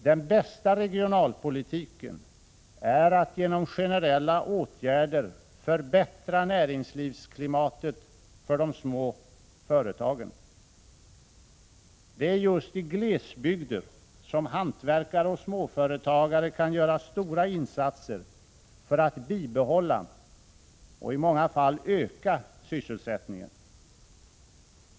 Den bästa regionalpolitiken är att genom generella åtgärder förbättra näringslivsklimatet för de små företagen. Det är just i glesbygder som hantverkare och småföretagare kan göra stora insatser för att bibehålla och i många fall öka sysselsättningen.